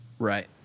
Right